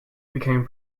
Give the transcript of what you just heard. became